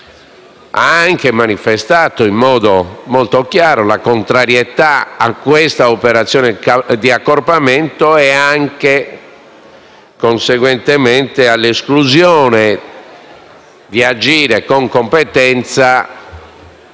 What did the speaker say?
ha manifestato in modo molto chiaro la contrarietà a quest'operazione di accorpamento e, conseguentemente, anche all'esclusione di agire con la competenza